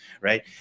Right